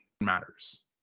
matters